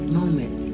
moment